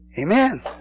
Amen